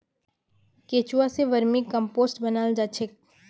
केंचुआ स vermicompost बनाल जा छेक